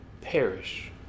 perish